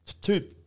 two